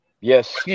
Yes